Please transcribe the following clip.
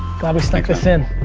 glad we snuck this in.